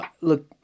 look